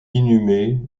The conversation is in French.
inhumé